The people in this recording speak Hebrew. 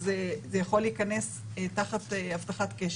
אז זה יכול להיכנס תחת הבטחת קשר.